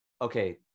okay